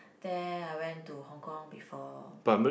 there I went to Hong-Kong before